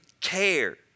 care